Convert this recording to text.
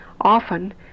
Often